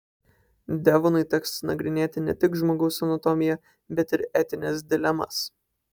devonui teks nagrinėti ne tik žmogaus anatomiją bet ir etines dilemas